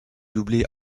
doublé